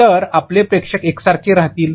तर आपले प्रेक्षक एकसारखेच राहतील